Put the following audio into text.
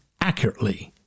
accurately